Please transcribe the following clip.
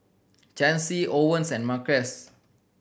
Chancy Owens and Marquez